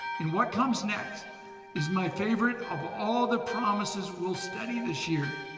and what comes next is my favorite of all the promises we'll study this year.